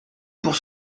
pour